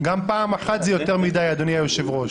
גם פעם אחת זה יותר מדי, אדוני היושב-ראש.